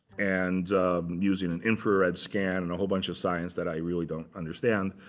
and using an infrared scan and a whole bunch of science that i really don't understand,